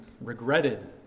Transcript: regretted